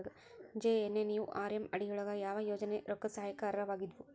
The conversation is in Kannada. ಜೆ.ಎನ್.ಎನ್.ಯು.ಆರ್.ಎಂ ಅಡಿ ಯೊಳಗ ಯಾವ ಯೋಜನೆ ರೊಕ್ಕದ್ ಸಹಾಯಕ್ಕ ಅರ್ಹವಾಗಿದ್ವು?